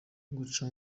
gusa